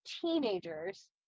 teenagers